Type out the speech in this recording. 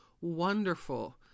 wonderful